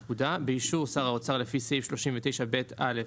הפקודה), באישור שר האוצר לפי סעיף 39ב (א)